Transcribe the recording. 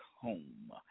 home